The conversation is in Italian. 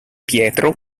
pietro